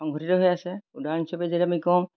সংঘটিত হৈ আছে আছে উদাহৰণ হিচাপে যদি আমি কওঁ